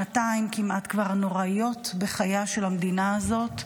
שנתיים נוראיות בחייה של המדינה הזאת.